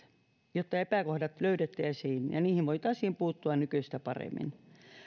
jotta epäkohdat löydettäisiin ja niihin voitaisiin puuttua nykyistä paremmin